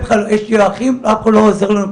יש לי אחים אבל אף אחד לא עוזר לנו,